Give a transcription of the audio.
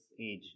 age